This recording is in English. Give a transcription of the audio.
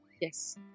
Yes